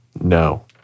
No